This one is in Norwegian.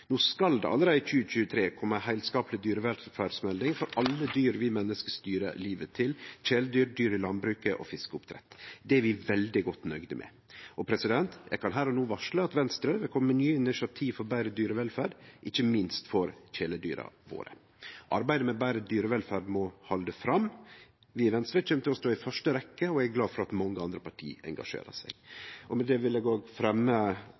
No, allereie i 2023, skal det kome ei heilskapleg dyrevelferdsmelding for alle dyr vi menneske styrer livet til – kjæledyr, dyr i landbruket og fiskeoppdrett. Det er vi veldig godt nøgde med. Eg kan her og no varsle at Venstre vil kome med nye initiativ for betre dyrevelferd, ikkje minst for kjæledyra våre. Arbeidet med betre dyrevelferd må halde fram. Vi i Venstre kjem til å stå i første rekkje, og eg er glad for at mange andre parti engasjerer seg. No fremja vel representanten Fylkesnes forslaga nr. 4, 5 og